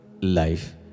life